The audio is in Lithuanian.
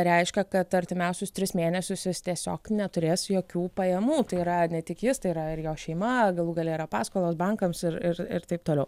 reiškia kad artimiausius tris mėnesius jis tiesiog neturės jokių pajamų tai yra ne tik jis tai yra ir jo šeima galų gale yra paskolos bankams ir ir ir taip toliau